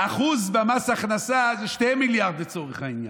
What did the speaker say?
1% במס הכנסה זה 2 מיליארד, לצורך העניין.